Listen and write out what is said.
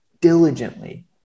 diligently